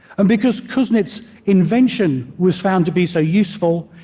and because kuznets' invention was found to be so useful,